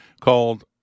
called